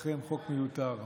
אכן חוק מיותר.